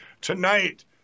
tonight